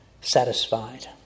satisfied